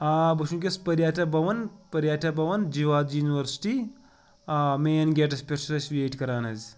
آ بہٕ چھُس وٕنۍکٮ۪س پٔریٹا بھوَن پٔریٹا بھوَن جیواجی یوٗنیورسٹی آ مین گیٹَس پٮ۪ٹھ چھُس أسۍ ویٹ کَران حظ